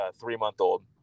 three-month-old